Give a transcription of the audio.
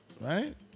right